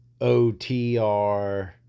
OTR